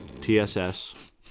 TSS